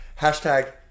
hashtag